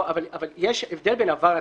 לא, אבל יש הבדל בין עבר לעתיד.